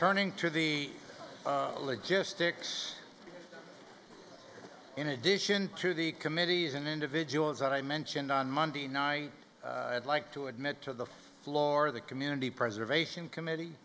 turning to the logistics in addition to the committees and individuals i mentioned on monday night and like to admit to the floor of the community preservation committee